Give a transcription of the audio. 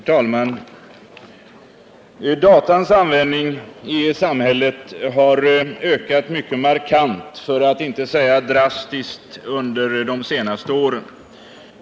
Herr talman! Datans användning i samhället har ökat mycket markant, för att inte säga drastiskt, under de senaste åren.